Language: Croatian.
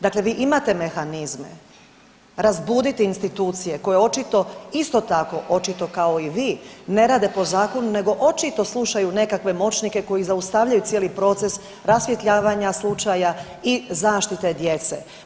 Dakle, vi imate mehanizme razbuditi institucije koje očito isto tako, očito kao i vi, ne rade po zakonu nego očito slušaju nekakve moćnike koji zaustavljaju cijeli proces rasvjetljavanja slučaja i zaštite djece.